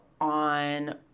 on